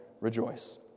rejoice